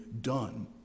done